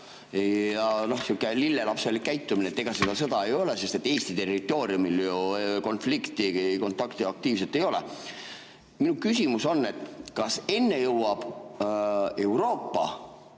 lillelapselik käitumine, et ega seda sõda ei ole, sest Eesti territooriumil ju konflikti, aktiivset kontakti ei ole. Minu küsimus on: kas enne jõuab Euroopa